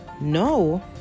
no